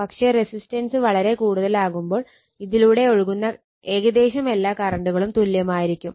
പക്ഷെ റസിസ്റ്റൻസ് വളരെ കൂടുതലാകുമ്പോൾ ഇതിലൂടെ ഒഴുകുന്ന ഏകദേശം എല്ലാ കറണ്ടുകളും തുല്യമായിരിക്കും